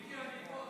מיקי, אני פה.